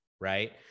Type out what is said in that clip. right